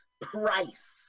Price